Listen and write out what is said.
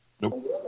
Nope